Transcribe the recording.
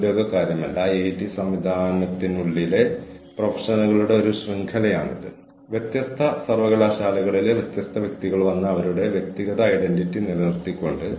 കൂടാതെ വിവിധ തലങ്ങളിലുള്ള ആളുകളെ അതിൽ ഉൾപ്പെടുത്തുകയും അവർക്ക് ആവശ്യമായ പിന്തുണ നൽകുകയും ചെയ്യുന്നു അത് ചെയ്യാൻ ഞങ്ങളെ സഹായിക്കുന്നു